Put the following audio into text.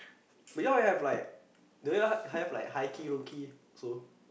but you all already have like do you all have like high key low key so